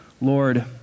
Lord